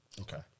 Okay